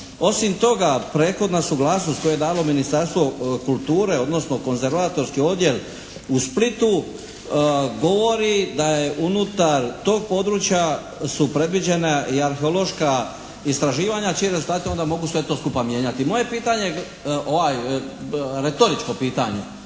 Osim toga prethodna suglasnost koju je dalo Ministarstvo kulture, odnosno konzervatorski odjel u Splitu, govori da je unutar tog područja su predviđena i arheološka istraživanja čiji rezultati onda mogu sve to skupa mijenjati. Moje pitanje, retoričko pitanje,